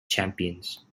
champions